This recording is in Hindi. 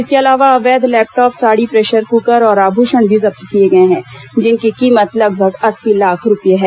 इसके अलावा अवैध लैपटाप साड़ी प्रेशर क्कर और आभूषण भी जब्त किए गए हैं जिनकी कीमत लगभग अस्सी लाख रूपए है